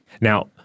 Now